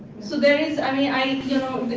so there is, i mean i know,